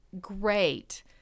great